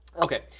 Okay